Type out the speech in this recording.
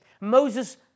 Moses